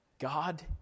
God